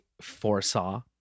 foresaw